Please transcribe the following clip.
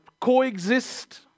coexist